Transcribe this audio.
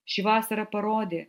ši vasara parodė